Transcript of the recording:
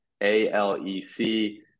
A-L-E-C